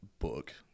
Book